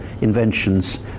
inventions